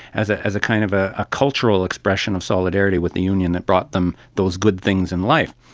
as ah as a kind of ah a cultural expression of solidarity with the union that brought them those good things in life.